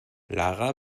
lara